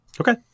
Okay